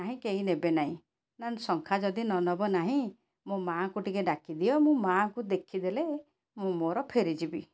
ନାହିଁ କେହି ନେବେ ନାହିଁ ଶଙ୍ଖା ଯଦି ନ ନେବ ନାହିଁ ମୋ ମାଆଙ୍କୁ ଟିକେ ଡାକିଦିଅ ମୁଁ ମାଆଙ୍କୁ ଦେଖିଦେଲେ ମୁଁ ମୋର ଫେରିଯିବି